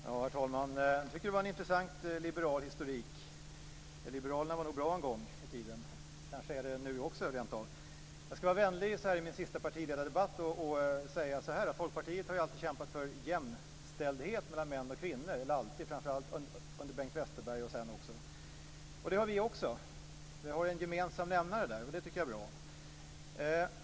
Herr talman! Jag tycker att det var en intressant liberal historik. Liberalerna var nog bra en gång i tiden. Kanske är de det rent av också nu. Jag ska i min sista partiledardebatt vara vänlig och säga att Folkpartiet ju sedan länge har kämpat för jämställdhet mellan män och kvinnor - kanske framför allt under Bengt Westerbergs tid och därefter. Det har också vi gjort. Där har vi en gemensam nämnare, och det tycker jag är bra.